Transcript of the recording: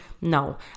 No